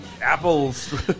apples